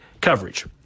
coverage